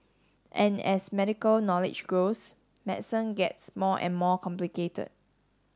and as medical knowledge grows medicine gets more and more complicated